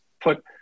put